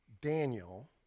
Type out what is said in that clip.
Daniel